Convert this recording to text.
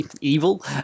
Evil